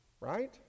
right